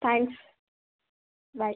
thanks bye